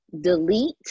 delete